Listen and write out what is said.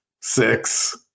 six